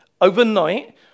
overnight